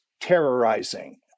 terrorizing